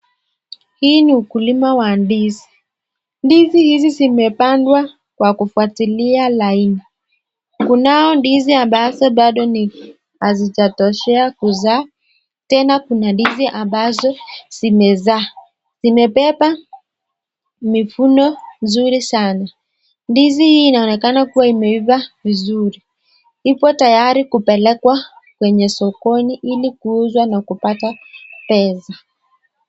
Hii ni ukulima wa ndizi. Ndizi hizi zimepandwa kwa kufuatilia laini, kunao ndizi ambazo bado ni hazijatoshea kuzaa, tena kuna ndizi ambazo zimezaa, zimebeba mifuno nzuri sana. Ndizi hii inaonekana imeifa vizuri, ipo tayari kupelekwa kwenye sokoni ili kuuzwa na kupata pesa.